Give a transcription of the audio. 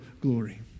glory